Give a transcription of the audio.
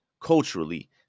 culturally